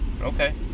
Okay